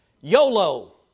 YOLO